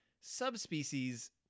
subspecies